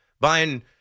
buying